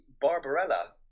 Barbarella